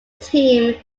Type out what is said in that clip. team